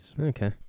Okay